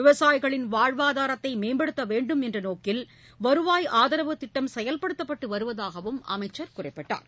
விவசாயிகளின் வாழ்வாதாரத்தைமேம்படுத்தவேண்டும் என்றநோக்கில் வருவாய் ஆதரவுத் திட்டம் செயல்படுத்தப்பட்டுவருவதாகவும் அமைச்சர் குறிப்பிட்டார்